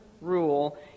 rule